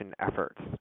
efforts